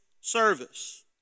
service